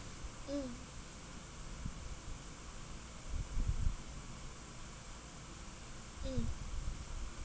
mm mm